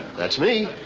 that's me.